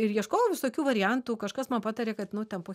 ir ieškojau visokių variantų kažkas man patarė kad nu ten po